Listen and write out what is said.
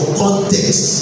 context